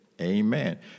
Amen